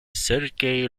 sergey